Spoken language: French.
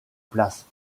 place